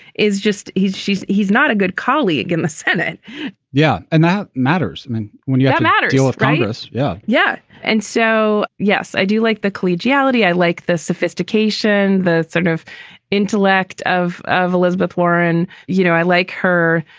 is just he's she's he's not a good colleague in the senate yeah. and that matters. i mean, when you yeah deal with congress. yeah yeah. and so, yes, i do like the collegiality. i like the sophistication, the sort of intellect of of elizabeth warren you know, i like her.